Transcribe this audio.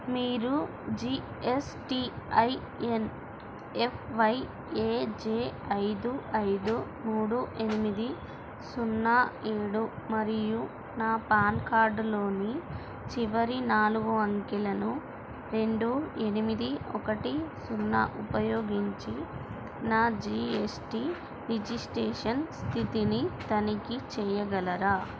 మీరు G S T I N F Y A J ఐదు ఐదు మూడు ఎనిమిది సున్నా ఏడు మరియు నా పాన్ కార్డ్లోని చివరి నాలుగు అంకెలను రెండు ఎనిమిది ఒకటి సున్నా ఉపయోగించి నా జీ ఎస్ టీ రిజిస్ట్రేషన్ స్థితిని తనిఖీ చెయ్యగలరా